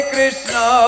Krishna